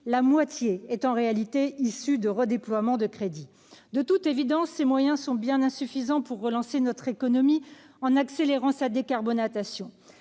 l'énergie est en réalité issue de redéploiements de crédits. De toute évidence, ces moyens sont bien insuffisants pour relancer notre économie en accélérant sa décarbonation.